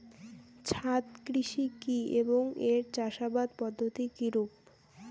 ছাদ কৃষি কী এবং এর চাষাবাদ পদ্ধতি কিরূপ?